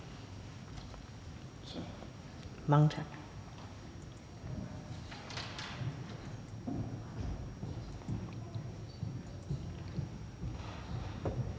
mange tak